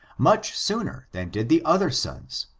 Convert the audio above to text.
much soon er than did the other sons,